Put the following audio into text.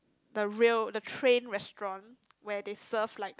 the rail the train restaurant where they serve like